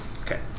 Okay